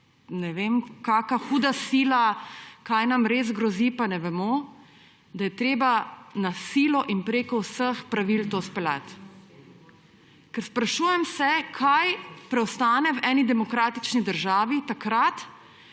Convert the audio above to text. ne vem kakšna huda sila, kaj nam res grozi, pa ne vemo, da je treba na silo in preko vseh pravil to speljati. Sprašujem se, kaj preostane v eni demokratični državi takrat,